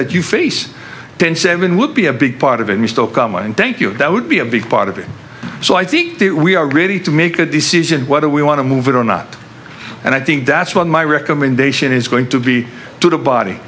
that you face ten seven would be a big part of it may still come and thank you that would be a big part of it so i think we are ready to make a decision whether we want to move it or not and i think that's what my recommendation is going to be to the body